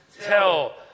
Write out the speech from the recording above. tell